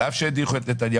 על אף שהדיחו את נתניהו,